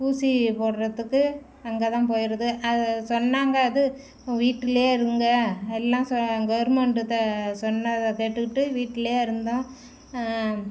ஊசி போடுறதுக்கு அங்கே தான் போயிடுது அதை சொன்னாங்க அது வீட்டில் இருங்க எல்லா சொ கவுர்மெண்ட்டு த சொன்னதை கேட்டுக்கிட்டு வீட்டில் இருந்தோம்